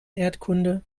erdkunde